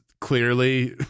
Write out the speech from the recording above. clearly